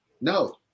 no